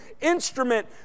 instrument